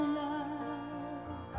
love